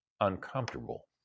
uncomfortable